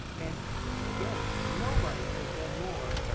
and again, nobody has done more.